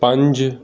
ਪੰਜ